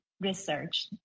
research